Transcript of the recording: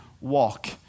walk